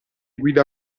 guida